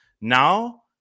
Now